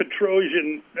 Petrosian